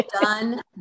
done